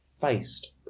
faced